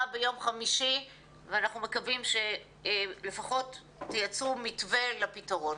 ביום חמישי ואנחנו מקווים שלפחות תייצרו מתווה לפתרון.